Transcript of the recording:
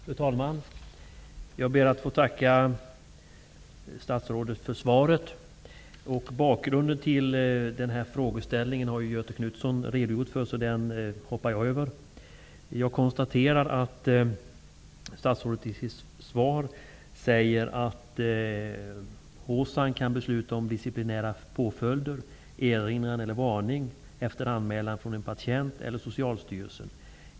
Fru talman! Jag ber att få tacka statsrådet för svaret. Bakgrunden till denna frågeställning har Göthe Knutson redogjort för, så den hoppar jag över. Jag konstaterar att statsrådet i sitt svar säger: ''HSAN kan också besluta om disciplinära påföljder -- erinran eller varning -- efter anmälan från en patient eller Socialstyrelsen.